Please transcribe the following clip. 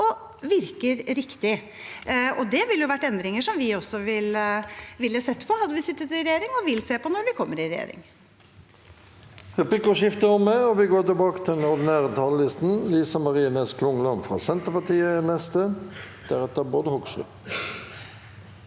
og virker riktig. Det ville vært endringer som vi også ville sett på om vi hadde sittet i regjering, og vil se på når vi kommer i regjering.